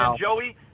Joey